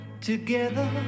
together